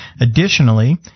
Additionally